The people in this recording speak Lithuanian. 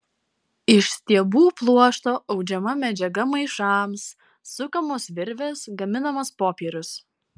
iš stiebų pluošto audžiama medžiaga maišams sukamos virvės gaminamas popierius